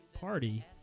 Party